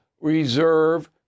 reserve